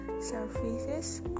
services